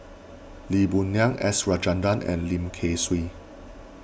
Lee Boon Ngan S Rajendran and Lim Kay Siu